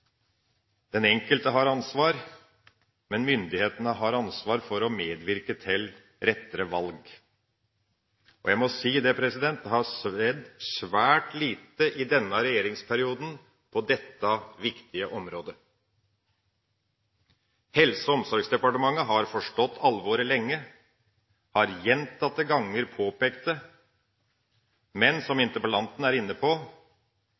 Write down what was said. Den enkelte har ansvar, men myndighetene har ansvar for å medvirke til mer rette valg. Jeg må si at det har skjedd svært lite i denne regjeringsperioden på dette viktige området. Helse- og omsorgsdepartementet har forstått alvoret lenge – og har gjentatte ganger påpekt det. Men – som interpellanten er inne på